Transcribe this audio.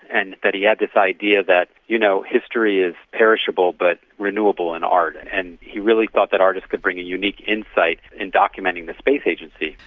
and he had this idea that you know history is perishable but renewable in art, and and he really thought that artists could bring a unique insight in documenting the space agency.